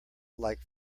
like